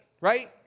right